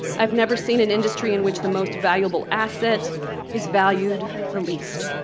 i've never seen an industry in which the most valuable asset is valued the least.